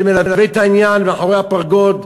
שמלווה את העניין מאחורי הפרגוד,